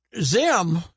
Zim